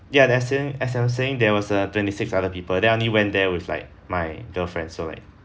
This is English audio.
ya there's in as I'm saying there was uh twenty six other people that only went there with like my girlfriend so like